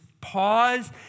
pause